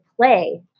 play